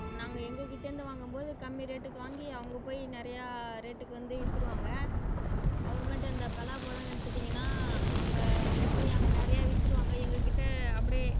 நாங்கள் எங்கள்கிட்டேருந்து வாங்கும்போது கம்மி ரேட்டுக்கு வாங்கி அங்க போய் நிறையா ரேட்டுக்கு வந்து விற்றுருவாங்க அப்புறமேட்டு அந்த பலாப்பழன்னு எடுத்துட்டீங்கன்னா அங்கேப் போய் அங்கே நிறைய விற்றுருவாங்க எங்கள்கிட்ட அப்படியே